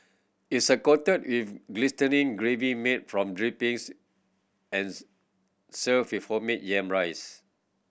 is a coated with glistening gravy made from drippings and served with homemade yam rice